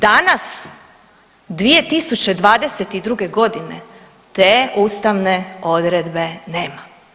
Danas 2022. godine te ustavne odredbe nema.